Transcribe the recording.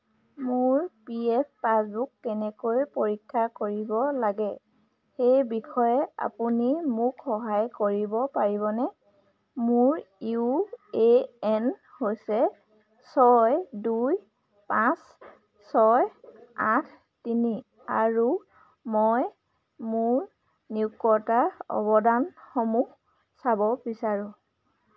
মোৰ P F passbook কেনেকৈ পৰীক্ষা কৰিব লাগে সেই বিষয়ে আপুনি মোক সহায় কৰিব পাৰিবনে মোৰ ইউ এ এন হৈছে ছয় দুই পাঁচ ছয় আঠ তিনি আৰু মই মোৰ নিয়োগকৰ্তাৰ অৱদানসমূহ চাব বিচাৰোঁ